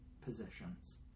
possessions